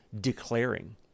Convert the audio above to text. declaring